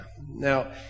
Now